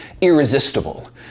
Irresistible